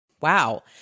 wow